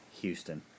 Houston